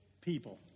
people